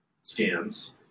scans